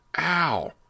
Ow